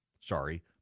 Sorry